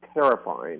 terrifying